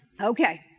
Okay